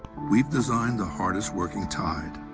we've designed the hardest working tide.